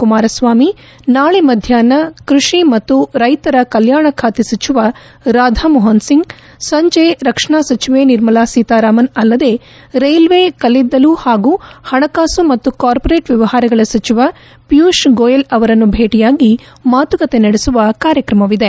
ಕುಮಾರಸ್ವಾಮಿ ನಾಳಿ ಮಧ್ಯಾಹ್ನ ಕೃಷಿ ಮತ್ತು ರೈತರ ಕಲ್ಯಾಣ ಖಾತೆ ಸಚಿವ ರಾಧಾಮೋಹನ್ ಸಿಂಗ್ ಸಂಜೆ ರಕ್ಷಣಾ ಸಚಿವೆ ನಿರ್ಮಾಲಾ ಸೀತಾರಾಮನ್ ಅಲ್ಲದೇ ರೈಲ್ವೆ ಕಲ್ಲಿದ್ದಲು ಹಾಗೂ ಹಣಕಾಸು ಮತ್ತು ಕಾರ್ಪೋರೇಟ್ ವ್ಯವಹಾರಗಳ ಸಚಿವ ಪಿಯೂಷ್ ಗೋಯಲ್ ಅವರನ್ನು ಭೇಟಿಯಾಗಿ ಮಾತುಕತೆ ನಡೆಸುವ ಕಾರ್ಯಕ್ರಮವಿದೆ